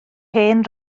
hen